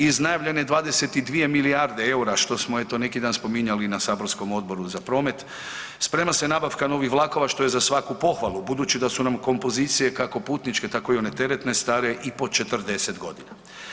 Iz najavljene 22 milijarde eura što smo eto neki dan spominjali i na saborskom Odboru za promet, sprema se nabavka novih vlakova što je za svaku pohvalu, budući da su nam kompozicije kako putničke tako i one teretne stare i po 40 godina.